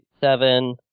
Seven